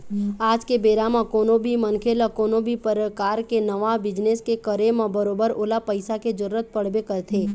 आज के बेरा म कोनो भी मनखे ल कोनो भी परकार के नवा बिजनेस के करे म बरोबर ओला पइसा के जरुरत पड़बे करथे